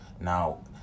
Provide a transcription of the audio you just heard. now